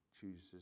chooses